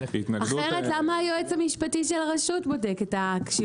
אחרת, למה היועץ המשפטי של הרשות בודק את הרשות?